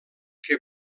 que